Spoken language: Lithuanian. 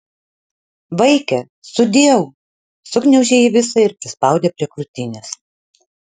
vaike sudieu sugniaužė jį visą ir prispaudė prie krūtinės